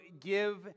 give